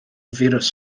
firws